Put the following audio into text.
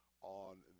on